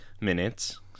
minutes